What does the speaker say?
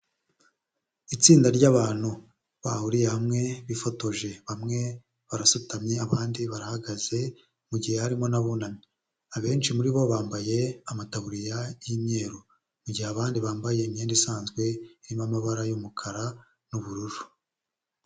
Itsinda ry'abantu bahuriye hamwe bifotoje bamwe barasutamye abandi barahagaze mu gihe harimo n'abunamye, abenshi muri bo bambaye amataburiya y'imyeru, mu gihe abandi bambaye imyenda isanzwe irimo amabara y'umukara n'ubururu.